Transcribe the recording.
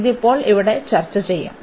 അത് ഇപ്പോൾ ഇവിടെ ചർച്ച ചെയ്യും